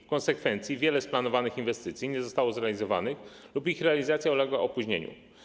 W konsekwencji wiele z planowanych inwestycji nie zostało zrealizowanych lub ich realizacja uległa opóźnieniu.